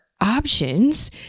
options